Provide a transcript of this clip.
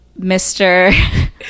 Mr